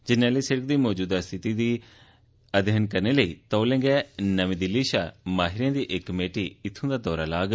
जरनैली सिड़क दी मौजूदा स्थिती दा अध्ययन करने लेई तौले गै नमीं दिल्ली शा माहिरें दी इक कमेटी इत्थु दा दौरा लाग